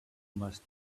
must